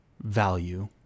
value